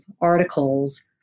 articles